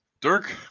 Dirk